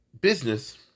business